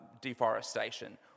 deforestation